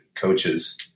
coaches